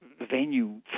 venue